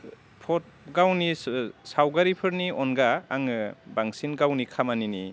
फट' गावनिसो सावगारिफोरनि अनगा आङो बांसिन गावनि खामानिनि